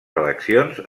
eleccions